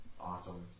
awesome